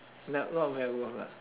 not not very worth lah